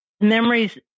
memories